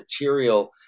material